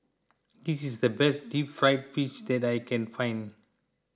this is the best Deep Fried Fish that I can find